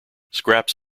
scraps